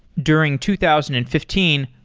during two thousand and fifteen,